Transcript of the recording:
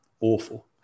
Awful